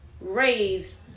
raise